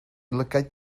lygaid